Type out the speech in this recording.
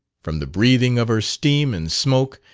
from the breathing of her steam and smoke,